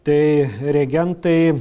tai reagentai